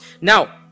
Now